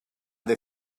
they